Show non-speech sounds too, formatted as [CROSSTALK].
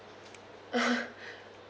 [LAUGHS]